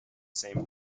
same